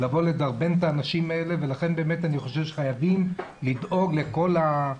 לדרבן את האנשים האלה ולכן באמת אני חושב שחייבים לדאוג לכל